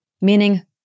Meaning